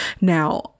Now